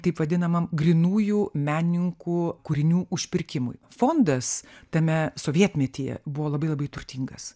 taip vadinamam grynųjų menininkų kūrinių užpirkimui fondas tame sovietmetyje buvo labai labai turtingas